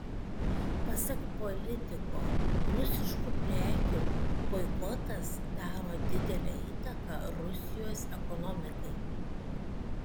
pasak politiko rusiškų prekių boikotas daro didelę įtaką rusijos ekonomikai